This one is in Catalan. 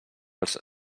els